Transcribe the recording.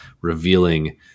revealing